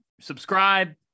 subscribe